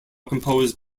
composed